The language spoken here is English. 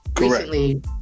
recently